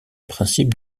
principe